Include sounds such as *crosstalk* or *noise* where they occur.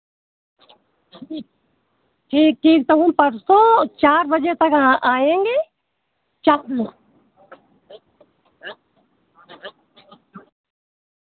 ठीक ठीक तो हम परसों चार बजे तक आएँगे चार *unintelligible*